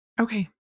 Okay